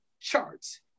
charts